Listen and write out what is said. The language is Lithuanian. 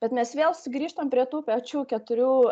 bet mes vėl sugrįžtant prie tų pačių keturių